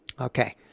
Okay